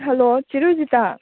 hello ꯆꯦ ꯔꯣꯖꯤꯇꯥ